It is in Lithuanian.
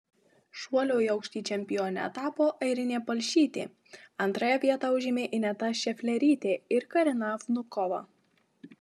šuolio į aukštį čempione tapo airinė palšytė antrąją vietą užėmė ineta šeflerytė ir karina vnukova